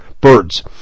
birds